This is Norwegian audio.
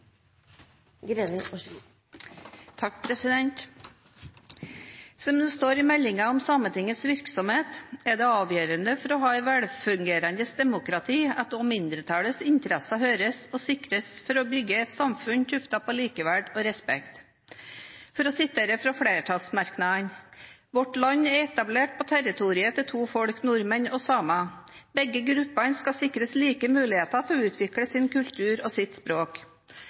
det for å ha et velfungerende demokrati avgjørende at også mindretallets interesser høres og sikres for å bygge et samfunn tuftet på likeverd og respekt. Jeg referer fra flertallsmerknaden: Vårt land er etablert på territoriet til to folk, nordmenn og samer, og begge gruppene skal sikres like muligheter til å utvikle sin kultur og sitt språk.